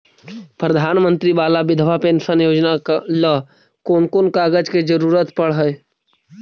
प्रधानमंत्री बाला बिधवा पेंसन योजना ल कोन कोन कागज के जरुरत पड़ है?